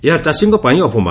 ଏହା ଚାଷୀଙ୍କ ପାଇଁ ଅପମାନ